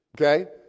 Okay